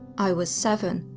i was seven,